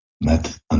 met